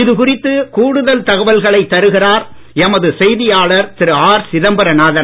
இதுகுறித்து கூடுதல் தகவல்களை தருகிறார் எமது செய்தியாளர் திரு ஆர் சிதம்பரநாதன்